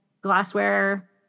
glassware